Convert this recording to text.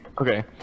Okay